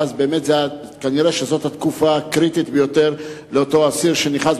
כנראה זאת התקופה הקריטית ביותר לאותו אסיר שנכנס,